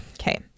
okay